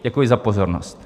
Děkuji za pozornost.